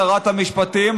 שרת המשפטים,